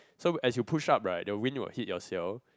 so as you push up right the wind will hit your seal